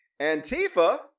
antifa